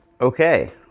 Okay